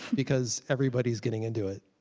because everybody is getting into it.